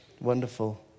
Wonderful